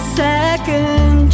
second